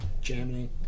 jamming